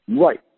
Right